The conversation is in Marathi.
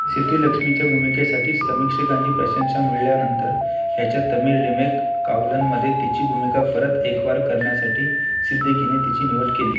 सेतुलक्ष्मीच्या भूमिकेसाठी समीक्षकांची प्रशंसा मिळवल्यानंतर ह्याच्या तमिळ रिमेक कावलनमध्ये तीच भूमिका परत एकवार करण्यासाठी सिद्दीकीने तिची निवड केली